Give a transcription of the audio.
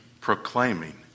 proclaiming